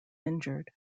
injured